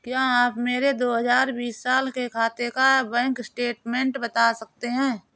क्या आप मेरे दो हजार बीस साल के खाते का बैंक स्टेटमेंट बता सकते हैं?